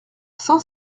saint